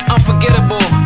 Unforgettable